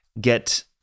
get